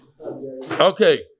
Okay